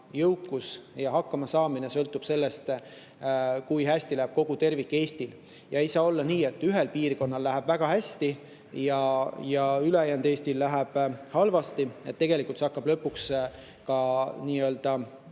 jõukus ja hakkamasaamine sõltub sellest, kui hästi läheb Eestil tervikuna. Ei saa olla nii, et ühel piirkonnal läheb väga hästi ja ülejäänud Eestil läheb halvasti, tegelikult hakkab see lõpuks nii-öelda